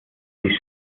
wie